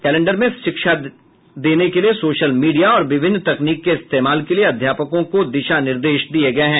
calendar में शिक्षा देने के लिए सोशल मीडिया और विभिन्न तकनीक के इस्तेमाल के लिए अध्यापकों को दिशा निर्देश दिए गए हैं